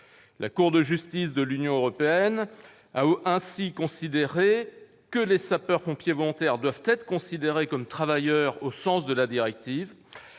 La Cour de justice de l'Union européenne a ainsi considéré que les sapeurs-pompiers volontaires doivent être considérés comme « travailleurs » au sens de la directive